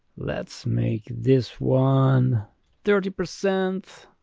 let's make this one thirty percent.